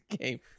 game